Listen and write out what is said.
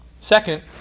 Second